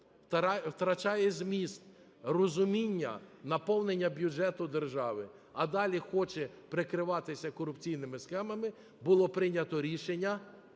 втрачає зміст розуміння наповнення бюджету держави, а далі хоче прикриватися корупційними схемами, було прийнято рішення